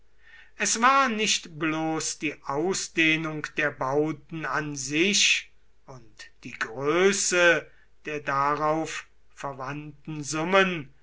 es war nicht bloß die ausdehnung der bauten an sich und die größe der darauf verwandten summen